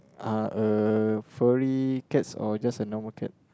uh a furry cats or just a normal cat